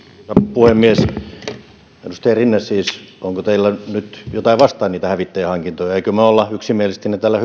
puhemies siis edustaja rinne onko teillä nyt jotain niitä hävittäjähankintoja vastaan emmekö me ole yksimielisesti ne täällä